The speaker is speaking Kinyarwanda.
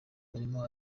barimo